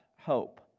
hope